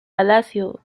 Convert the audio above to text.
palacio